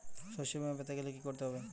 শষ্যবীমা পেতে গেলে কি করতে হবে?